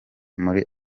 muri